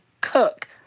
cook